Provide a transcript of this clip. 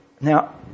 Now